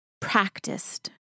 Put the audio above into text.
practiced